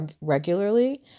regularly